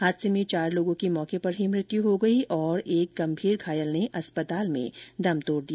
हादसे में चार लोगों की मौके पर ही मृत्यू हो गई और एक गंभीर घायल ने अस्पताल में दम तोड़ दिया